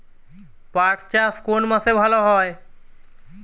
পাট চাষ কোন মাসে ভালো হয়?